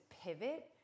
pivot